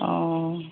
অঁ